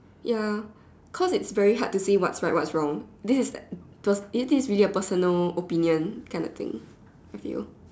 ya cause it's very hard to say what's right what's wrong this is the this is really a personal opinion kind of thing I feel